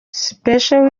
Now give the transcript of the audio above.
special